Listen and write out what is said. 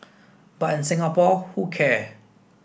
but in Singapore who care